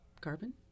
Carbon